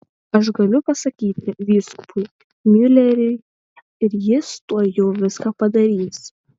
aš galiu pasakyti vyskupui miuleriui ir jis tuojau viską padarys